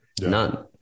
none